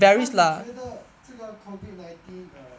那你觉得这个 COVID nineteen err